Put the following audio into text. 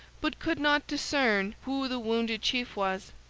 but could not discern who the wounded chief was.